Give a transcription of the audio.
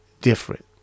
different